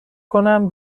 کنم